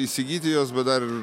įsigyti jos bet dar